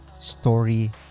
story